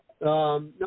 No